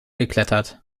geklettert